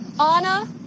Anna